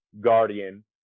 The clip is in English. guardian